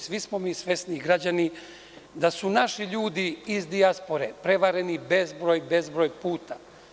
Svi smo mi svesni, građani, da su naši ljudi iz dijaspore prevareni bezbroj puta.